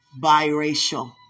biracial